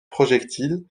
projectile